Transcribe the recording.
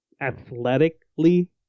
Athletically